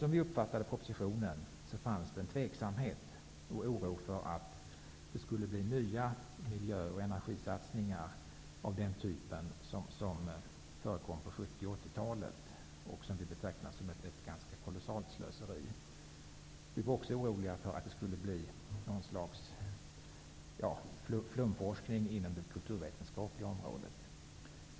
Som vi uppfattat propositionen fanns det en tveksamhet och oro för att det skulle bli nya miljöoch energisatsningar av den typ som förekom på 70 och 80-talen och som vi betraktar som ett i det närmaste kolossalt slöseri. Vidare var vi oroliga för att det skulle bli ett slags flumforskning inom det kulturvetenskapliga området.